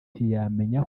ntiyamenya